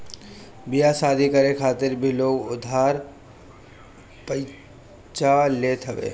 बियाह शादी करे खातिर भी लोग उधार पइचा लेत हवे